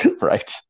right